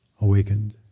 awakened